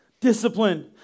Discipline